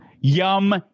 yum